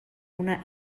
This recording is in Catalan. una